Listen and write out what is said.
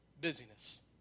busyness